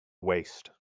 waste